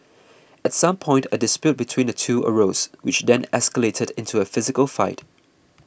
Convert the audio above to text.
at some point a dispute between the two arose which then escalated into a physical fight